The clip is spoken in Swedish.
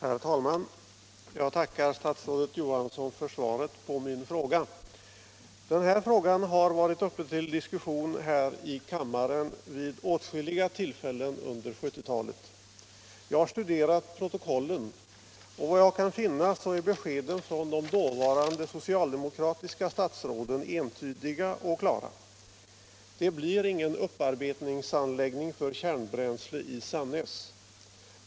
Herr talman! Jag tackar statsrådet Johansson för svaret på min fråga. Den här frågan har varit uppe till diskussion här i kammaren vid åtskilliga tillfällen under 1970-talet. Jag har studerat protokollen, och vad jag kan finna så är beskeden från de dåvarande socialdemokratiska statsråden entydiga och klara: det blir ingen upparbetningsanläggning för kärnbränsle i Sannäs.